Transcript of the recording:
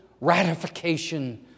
ratification